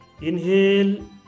Inhale